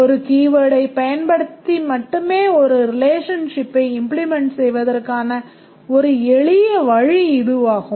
ஒரு keyword ஐப் பயன்படுத்தி மட்டுமே ஒரு relationship ஐ implement செய்வதற்கான ஒரு எளிய வழி இதுவாகும்